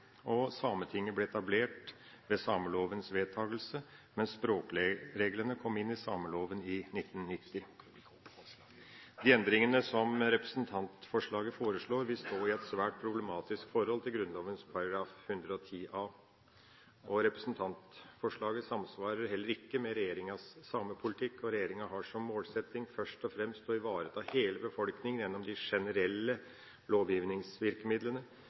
og Sametinget ble etablert ved samelovens vedtakelse, mens de språklige reglene kom inn i sameloven i 1990. De endringene som er foreslått i representantforslaget, vil stå i et svært problematisk forhold til Grunnloven § 110a. Representantforslaget samsvarer heller ikke med regjeringas samepolitikk. Regjeringa har som målsetting først og fremst å ivareta hele befolkninga gjennom de generelle lovgivningsvirkemidlene,